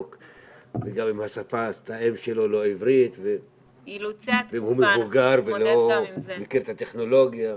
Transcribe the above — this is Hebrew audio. וגם אם שפת האם שלו לא עברית ואם הוא מבוגר ולא מכיר את הטכנולוגיה.